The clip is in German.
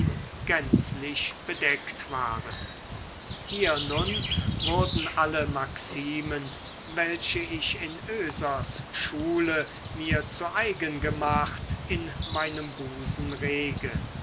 gänzlich bedeckt waren hier nun wurden alle maximen welche ich in oesers schule mir zu eigen gemacht in meinem busen rege